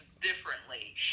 differently